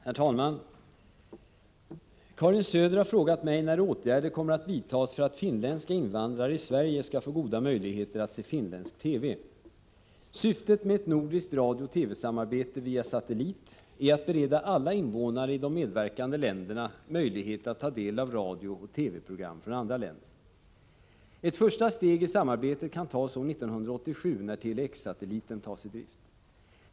Herr talman! Karin Söder har frågat mig när åtgärder kommer att vidtas för att finländska invandrare i Sverige skall få goda möjligheter att se finländsk TV. Syftet med ett nordiskt radiooch TV-samarbete via satellit är att bereda alla invånare i de medverkande länderna möjlighet att ta del av radiooch TV-program från de övriga länderna. Ett första steg i samarbetet kan tas år 1987, när Tele-X-satelliten tas i drift.